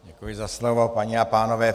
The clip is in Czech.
Děkuji za slovo, paní a pánové.